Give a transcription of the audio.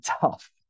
tough